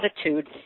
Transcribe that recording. attitude